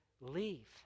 leave